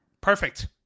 Perfect